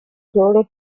girl